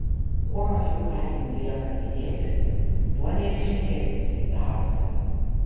kuo mažiau kaliniui lieka sėdėti tuo neryžtingesnis jis darosi